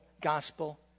gospel